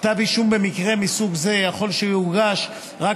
כתב אישום במקרה מסוג זה יכול שיוגש רק